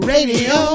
Radio